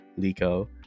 liko